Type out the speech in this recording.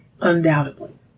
undoubtedly